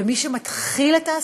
ומי שמתחיל את ההסתה,